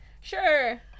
Sure